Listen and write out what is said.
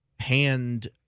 Hand